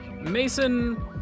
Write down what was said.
Mason